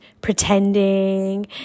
pretending